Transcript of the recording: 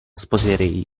sposerei